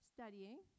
studying